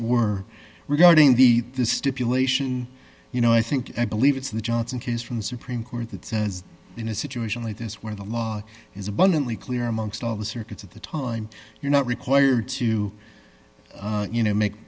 were regarding the this stipulation you know i think i believe it's the johnson case from the supreme court that says in a situation like this where the law is abundantly clear amongst all the circuits of the time you're not required to you know make